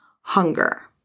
Hunger